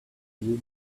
few